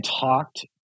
talked